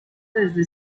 desde